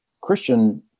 Christian